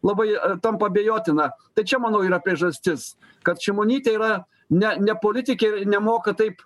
labai tampa abejotina tai čia manau yra priežastis kad šimonytė yra ne ne politikė ir nemoka taip